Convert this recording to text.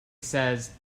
says